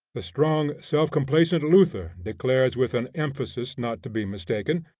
the strong, self-complacent luther declares with an emphasis not to be mistaken,